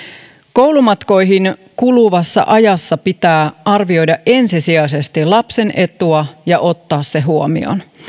koulumatkoihin kuluvassa ajassa pitää arvioida ensisijaisesti lapsen etua ja ottaa se huomioon